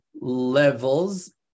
levels